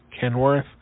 Kenworth